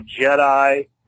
Jedi